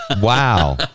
Wow